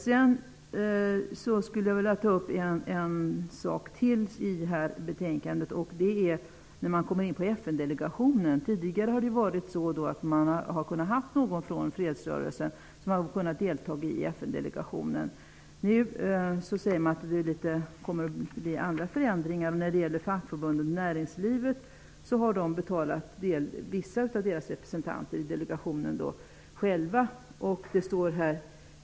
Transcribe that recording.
Jag skulle vilja ta upp en sak till i detta betänkande, nämligen FN-delegationen. Tidigare har någon från fredsrörelsen kunnat delta i FN-delegationen. Nu sägs det att det kommer att bli förändringar. Fackförbunden och näringslivsorganisationerna har betalat vissa av deras representanter i delegationen.